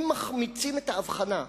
אם מחמיצים את האבחנה,